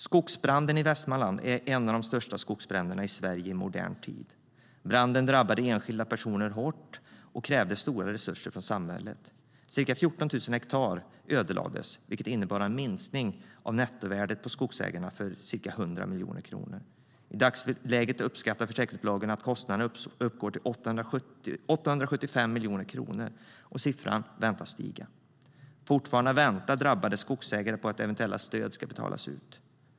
Skogsbranden i Västmanland var en av de största skogsbränderna i Sverige i modern tid. Branden drabbade enskilda personer hårt och krävde stora resurser från samhället. Ca 14 000 hektar skog ödelades, vilket innebar en minskning av skogsägarnas nettovärde med ca 100 miljoner kronor.I dagsläget uppskattar försäkringsbolagen att kostnaden uppgår till 875 miljoner kronor, och siffran väntas stiga. Fortfarande väntar drabbade skogsägare på att eventuella stöd ska betalas ut.